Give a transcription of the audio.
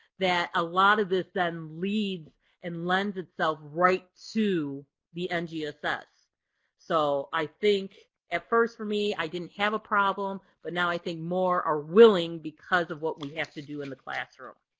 that a lot of this then leads and lends itself right to the and ah ngss. so i think at first for me i didn't have a problem. but now i think more are willing because of what we have to do in the classroom.